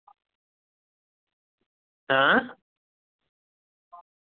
ᱦᱮᱸ